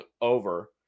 over